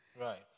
Right